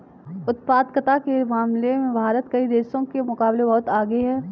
उत्पादकता के मामले में भारत कई देशों के मुकाबले बहुत आगे है